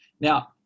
Now